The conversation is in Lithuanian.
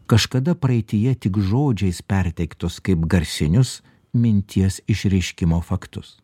kažkada praeityje tik žodžiais perteiktus kaip garsinius minties išreiškimo faktus